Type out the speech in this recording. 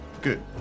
good